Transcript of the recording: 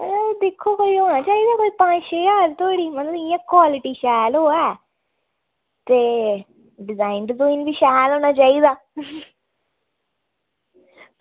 एह् दिक्खो कोई जाना चाहिदा पंज छे ज्हार धोड़ी दिक्खो कोई क्वालिटी शैल होऐ ते डिजाईन बी शैल होना चाहिदा